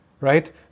Right